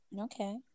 Okay